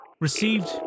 Received